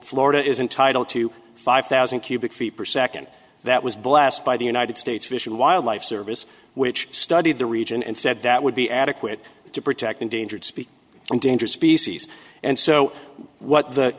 florida is entitled to five thousand cubic feet per second that was blast by the united states fish and wildlife service which studied the region and said that would be adequate to protect endangered species and dangerous species and so what the